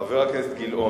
חבר הכנסת גילאון,